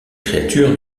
créatures